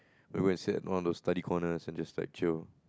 we will sat at one of the study corner and just like chill